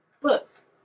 books